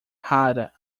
rara